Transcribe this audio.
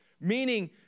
Meaning